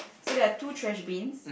so there are two trash bins